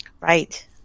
Right